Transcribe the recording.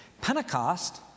Pentecost